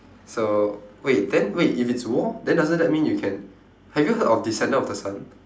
so wait then wait if it's war then doesn't that mean you can have you heard of descendant of the sun